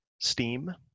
Steam